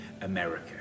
America